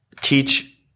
teach